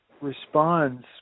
responds